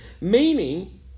meaning